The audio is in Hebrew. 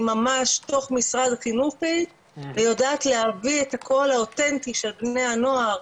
היא ממש בתוך משרד החינוך ויודעת להביא את הקול האותנטי של בני הנוער,